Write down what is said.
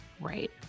right